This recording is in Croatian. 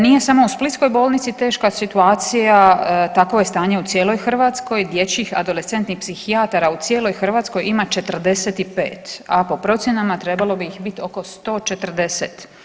Nije samo u splitskoj bolnici teška situacija, takvo je stanje u cijeloj Hrvatskoj, dječjih adolescentnih psihijatara u cijeloj Hrvatskoj ima 45, a po procjenama trebalo bi ih biti oko 140.